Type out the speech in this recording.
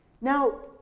Now